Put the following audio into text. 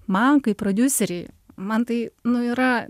man kaip prodiuserei man tai nu yra